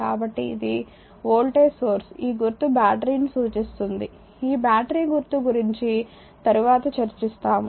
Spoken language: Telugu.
కాబట్టి ఇది వోల్టేజ్ సోర్స్ ఈ గుర్తు బ్యాటరీ ని సూచిస్తుంది ఈ బ్యాటరీ గుర్తు గురించి తరువాత చర్చిస్తాము